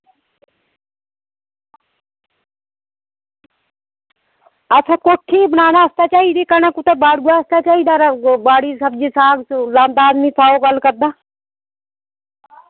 अच्छा कोठी बनाने आस्तै चाही दी जां रस्ता आस्तै बाड़ी साग सब्ज़ी लांदा बंदा सौ गल्ल करदा